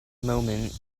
moment